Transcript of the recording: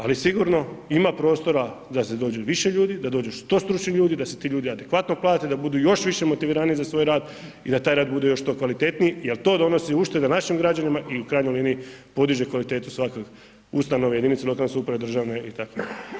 Ali, sigurno ima prostora da se dođe više ljudi, da dođu što stručniji ljudi, da se ti ljudi adekvatno plate, da budu još više motiviraniji za svoj rad i da taj rad bude što kvalitetniji jer to donosi uštede našim građanima i u krajnjoj liniji, podiže kvalitetu svake ustanove i jedinice lokalne samouprave, državne itd.